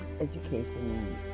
education